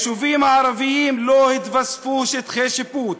ליישובים הערביים לא התווספו שטחי שיפוט.